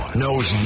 knows